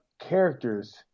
characters